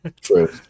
True